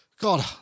God